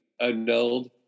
annulled